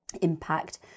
impact